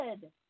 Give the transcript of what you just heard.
good